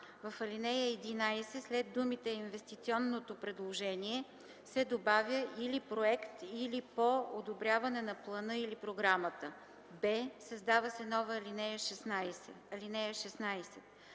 в ал. 11 след думите „инвестиционното предложение” се добавя „или проект или по одобряване на плана или програмата”; б) създава се нова ал. 16: